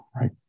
right